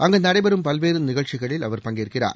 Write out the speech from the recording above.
அங்கு நடைபெறும் பல்வேறு நிகழ்ச்சிகளில் அவர் பங்கேற்கிறார்